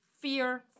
fear